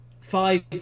five